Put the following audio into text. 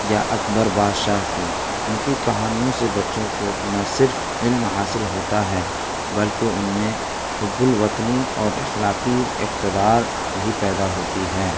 یا اکبر بادشاہ کی ان کی کہانیوں سے بچوں کو نہ صرف علم حاصل ہوتا ہے بلکہ ان میں حب الوطنی اور اخلاقی اقتدار بھی پیدا ہوتی ہے